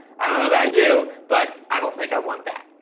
i don't know about you, but i don't think i want that.